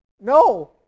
No